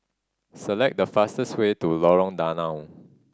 select the fastest way to Lorong Danau